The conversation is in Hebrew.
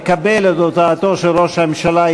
מקבל את הודעתו של ראש הממשלה,